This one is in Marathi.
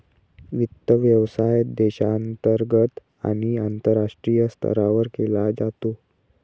वित्त व्यवसाय देशांतर्गत आणि आंतरराष्ट्रीय स्तरावर केला जातो